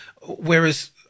whereas